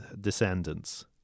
descendants